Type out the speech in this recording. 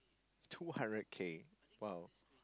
two hundred K !wow!